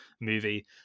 movie